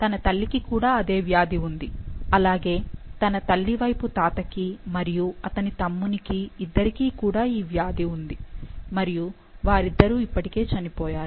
తన తల్లికి కూడా అదే వ్యాధి ఉంది అలాగే తన తల్లివైపు తాతకి మరియు అతని తమ్మునికి ఇద్దరికీ కూడా ఈ వ్యాధి ఉంది మరియు వారిద్దరూ ఇప్పటికే చనిపోయారు